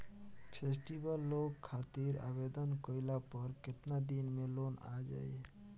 Festival loan खातिर आवेदन कईला पर केतना दिन मे लोन आ जाई?